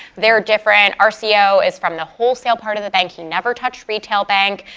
they're different. our ceo is from the wholesale part of the banking, never touched retail bank.